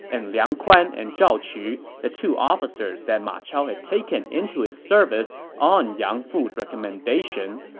and liang kuan and zhao qu, the two officers that ma chao had taken into his service on yang fu's recommendation,